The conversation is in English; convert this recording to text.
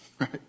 right